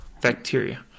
bacteria